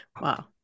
Wow